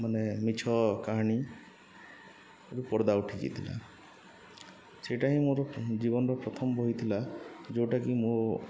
ମାନେ ମିଛ କାହାଣୀ ପରଦା ଉଠି ଯାଇଥିଲା ସେଇଟା ହିଁ ମୋର ଜୀବନର ପ୍ରଥମ ବହିଥିଲା ଯେଉଁଟାକି ମୋ